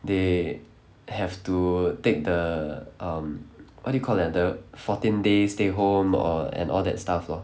they have to take the um what do you call it the fourteen days stay home or and all that stuff lor